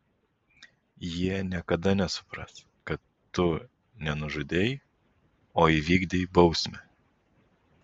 jie niekada nesupras kad tu ne nužudei o įvykdei bausmę